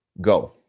go